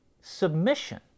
submission